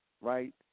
right